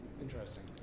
Interesting